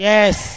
Yes